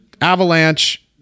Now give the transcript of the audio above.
Avalanche